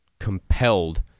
compelled